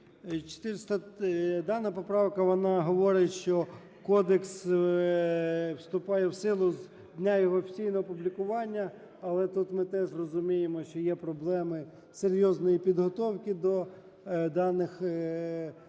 Дана поправка вона говорить, що кодекс вступає в силу з дня його офіційного опублікування. Але тут ми теж розуміємо, що є проблеми серйозної підготовки до даних, ну,